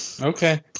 Okay